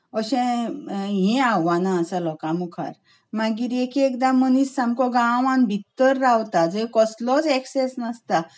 अशे हीं आव्हानां आसात लोकां मुखार मागीर एक एकदां मनीस सामको गांवांत भितर रावता जंय कसलोच ऍक्सॅस नासता